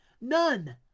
None